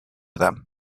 them